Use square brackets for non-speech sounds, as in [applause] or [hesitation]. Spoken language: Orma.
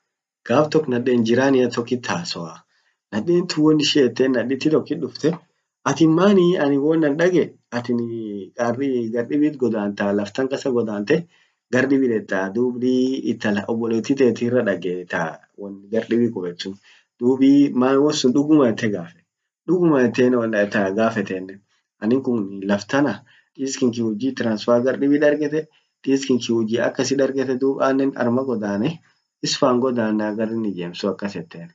gaf tok naden jiraniat tokit hasoa, naden tun wonin ishin yeten naditi tokit dufte atin maani annin won an dagee, atin [hesitation] gar dibit godanta? Laf tan kasa godante gar dibi deta dub [hesitation] intal obboleti tetirra dagee, ta gardibi kubbet dub [hesitation] man won sun duguma ette gaffet?. duguma etten<